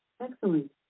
Excellent